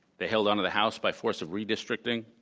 they held onto the house by force of redistricting.